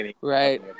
Right